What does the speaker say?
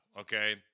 okay